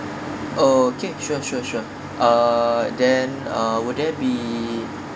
okay sure sure sure uh then uh would there be